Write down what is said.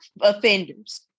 offenders